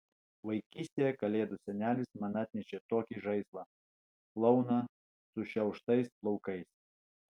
vaikystėje kalėdų senelis man atnešė tokį žaislą klouną sušiauštais plaukais